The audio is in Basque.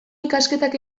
ikasketak